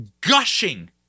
gushing